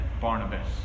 Barnabas